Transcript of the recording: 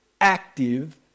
active